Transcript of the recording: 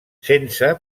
sense